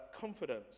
Confidence